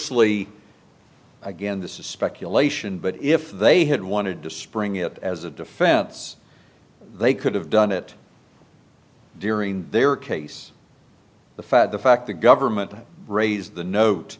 lee again this is speculation but if they had wanted to spring it up as a defense they could have done it during their case before the fact the government raised the note